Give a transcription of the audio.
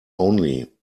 only